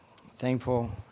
Thankful